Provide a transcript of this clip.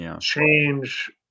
change